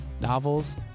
novels